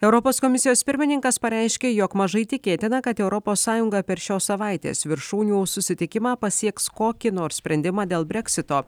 europos komisijos pirmininkas pareiškė jog mažai tikėtina kad europos sąjunga per šios savaitės viršūnių susitikimą pasieks kokį nors sprendimą dėl breksito